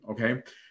Okay